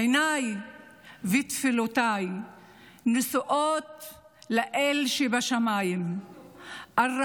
עיניי ותפילותיי נשואות לאל שבשמיים (אומרת